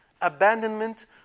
abandonment